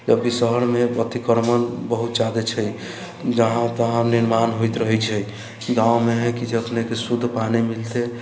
जबकि शहरमे अतिक्रमण बहुत जादे छै जहाँ तहाँ निर्माण होइत रहैत छै गाँवमे हइ कि जे अपनेके शुद्ध पानि मिलतै